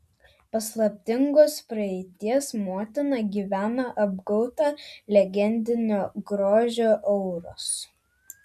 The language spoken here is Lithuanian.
paslaptingos praeities motina gyvena apgaubta legendinio grožio auros